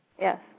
yes